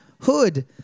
hood